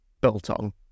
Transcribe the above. biltong